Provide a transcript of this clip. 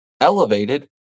Elevated